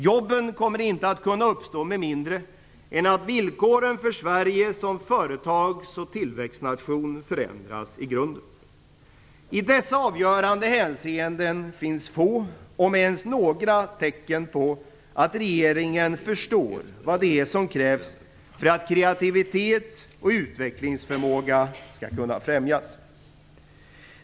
Jobben kommer inte att kunna uppstå med mindre än att villkoren för Sverige som företagsoch tillväxtnation förändras i grunden. I dessa avgörande hänseenden finns få, om ens några, tecken på att regeringen förstår vad det är som krävs för att kreativitet och utvecklingsförmåga skall kunna främjas.